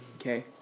Okay